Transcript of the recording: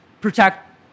protect